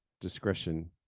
discretion